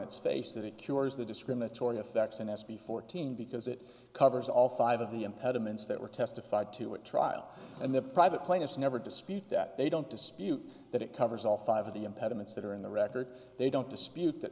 its face that it cures the discriminatory effects in s b fourteen because it covers all five of the impediments that were testified to at trial and the private plaintiffs never dispute that they don't dispute that it covers all five of the impediments that are in the record they don't dispute that